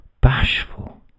bashful